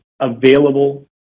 available